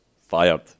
fired